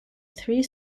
three